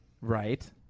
Right